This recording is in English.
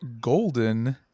golden